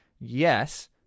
Yes